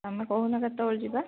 ତୁମେ କହୁନ କେତେବେଳକୁ ଯିବା